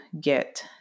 get